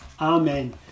Amen